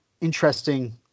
interesting